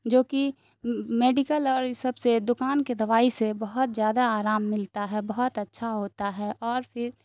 جو کہ میڈیکل اور یہ سب سے دکان کے دوائی سے بہت زیادہ آرام ملتا ہے بہت اچھا ہوتا ہے اور پھر